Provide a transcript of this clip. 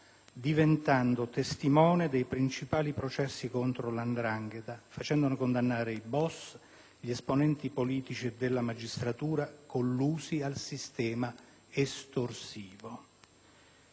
diventando testimone dei principali processi contro la 'ndrangheta e facendone condannare i *boss*, nonché gli esponenti politici e della magistratura collusi al sistema estorsivo.